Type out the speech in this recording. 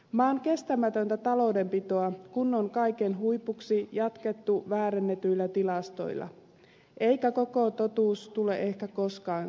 maan kestämätöntä taloudenpitoa on kaiken huipuksi jatkettu väärennetyillä tilastoilla eikä koko totuus tule ehkä koskaan selville